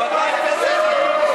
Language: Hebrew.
כל פעם אותו נאום.